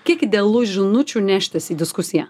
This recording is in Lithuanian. kiek idealu žinučių neštis į diskusiją